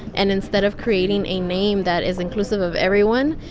and instead of creating a name that is inclusive of everyone,